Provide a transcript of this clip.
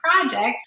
project